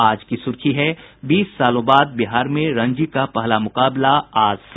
आज की सुर्खी है बीस सालों बाद बिहार में रणजी का पहला मुकाबला आज से